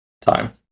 time